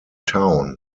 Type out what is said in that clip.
town